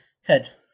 head